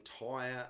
entire